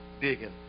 digging